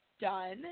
done